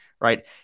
right